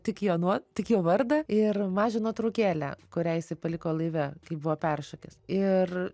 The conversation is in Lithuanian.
tik jo nuo tik jo vardą ir mažą nuotraukėlę kurią jis paliko laive kai buvo peršokęs ir